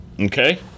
Okay